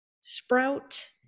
Sprout